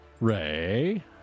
Ray